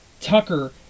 Tucker